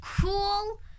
cool